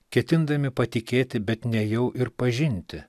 ketindami patikėti bet nejau ir pažinti